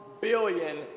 billion